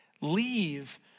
Leave